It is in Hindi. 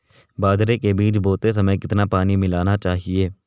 बाजरे के बीज बोते समय कितना पानी मिलाना चाहिए?